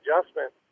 adjustment